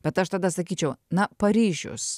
bet aš tada sakyčiau na paryžius